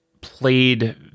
played